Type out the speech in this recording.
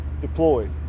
deployed